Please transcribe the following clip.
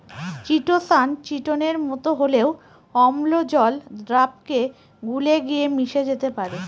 chitosan চিটোনের মতো হলেও অম্ল জল দ্রাবকে গুলে গিয়ে মিশে যেতে পারে